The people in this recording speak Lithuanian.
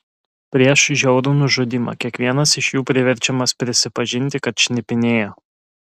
prieš žiaurų nužudymą kiekvienas iš jų priverčiamas prisipažinti kad šnipinėjo